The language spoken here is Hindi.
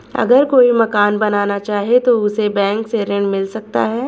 अगर कोई मकान बनाना चाहे तो उसे बैंक से ऋण मिल सकता है?